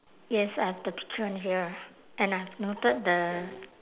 yes I have the picture here and I've noted the